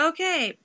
Okay